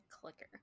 Clicker